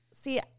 See